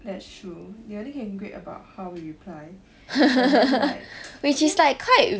that's true they only can grade about how we reply and then like